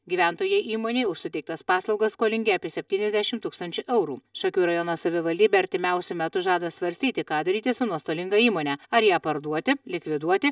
gyventojai įmonei už suteiktas paslaugas skolingi apie septyniasdešimt tūkstančių eurų šakių rajono savivaldybė artimiausiu metu žada svarstyti ką daryti su nuostolinga įmone ar ją parduoti likviduoti